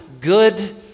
good